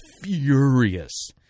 furious